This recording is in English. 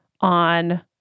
on